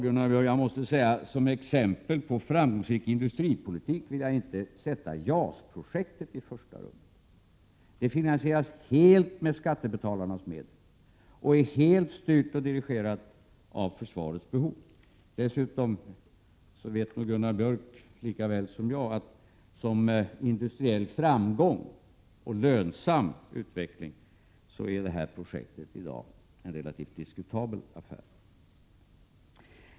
Gunnar Björk, jag måste säga att som exempel på framgångsrik industripolitik vill jag inte sätta JAS-projektet i första rummet. Det finansieras helt med skattebetalarnas medel och är helt styrt och dirigerat av försvarets behov. Dessutom vet nog Gunnar Björk lika väl som jag att som industriell framgång och lönsam utveckling är det här projektet i dag en relativt diskutabel affär.